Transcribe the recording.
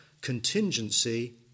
contingency